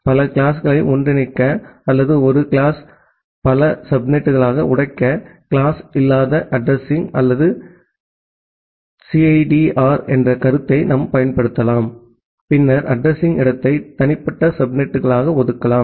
பல கிளாஸ்களை ஒன்றிணைக்க அல்லது ஒரு வகுப்பை பல சப்நெட்களாக உடைக்க கிளாஸ்இல்லாத அட்ரஸிங் அல்லது சிஐடிஆர் என்ற கருத்தை நாம் பயன்படுத்தலாம் பின்னர் அட்ரஸிங் இடத்தை தனிப்பட்ட சப்நெட்டுகளுக்கு ஒதுக்கலாம்